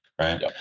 right